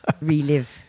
relive